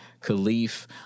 Khalif